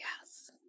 yes